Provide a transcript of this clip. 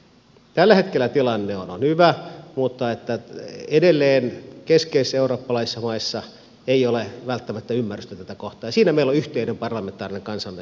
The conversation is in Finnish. tällä hetkellä tilanne on hyvä mutta edelleen keskeisissä eurooppalaisissa maissa ei ole välttämättä ymmärrystä tätä kohtaan ja siinä meillä on yhteinen parlamentaarinen kansallinen intressi hoidettavana